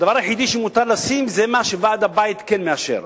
שהדבר היחיד שמותר לשים זה מה שוועד הבית כן מאשר,